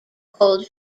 cold